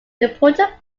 important